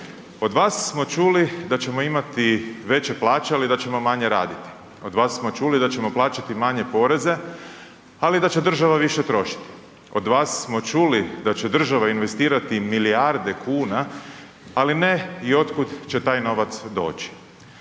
Od vas smo čuli da ćemo imati veće plaće ali da ćemo manje raditi, od vas smo čuli da ćemo plaćati manje poreze ali da će i država više trošiti, od vas smo čuli da će država investirati milijarde kuna ali ne i od kud će taj novac doći.